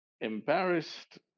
embarrassed